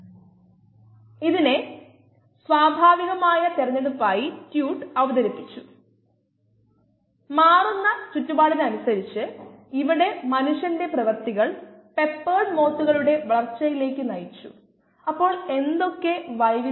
bio റിയാക്ടറിലെ solution സമാന താപ പ്രതികരണ സ്വഭാവമുള്ള ഒറ്റ കോശങ്ങൾ ഉൾക്കൊള്ളുന്നു